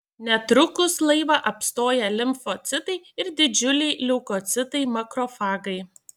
netrukus laivą apstoja limfocitai ir didžiuliai leukocitai makrofagai